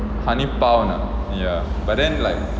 honey pound ah ya but then like